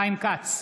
חיים כץ,